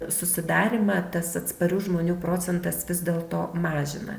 susidarymą tas atsparių žmonių procentas vis dėlto mažina